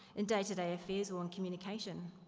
in day to day affairs or in communication.